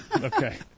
Okay